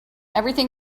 everything